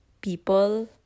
people